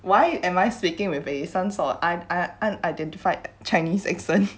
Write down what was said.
why am I speaking with a some sort of un~ un~ unidentified chinese accent